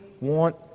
want